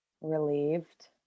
Relieved